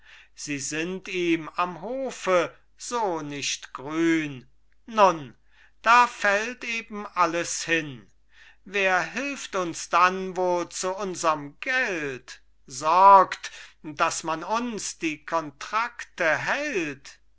sie sind ihm am hofe so nicht grün nun da fällt eben alles hin wer hilft uns dann wohl zu unserm geld sorgt daß man uns die kontrakte hält